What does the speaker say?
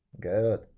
Good